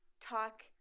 talk